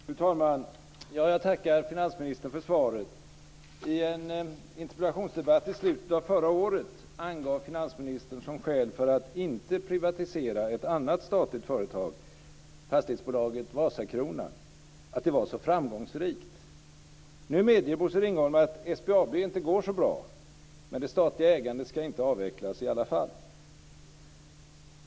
Fru talman! Jag tackar finansministern för svaret. I en interpellationsdebatt i slutet av förra året angav finansministern som skäl för att inte privatisera ett annat statligt företag - fastighetsbolaget Vasakronan - att det var så framgångsrikt. Nu medger Bosse Ringholm att SBAB inte går så bra, men det statliga ägandet ska inte avvecklas i alla fall.